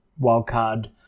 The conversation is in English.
wildcard